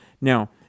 Now